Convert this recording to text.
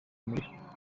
waririmbaga